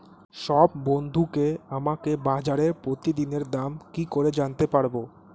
সব বন্ধুকে আমাকে বাজারের প্রতিদিনের দাম কি করে জানাতে পারবো?